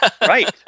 right